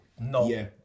No